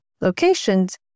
locations